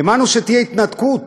האמנו שתהיה התנתקות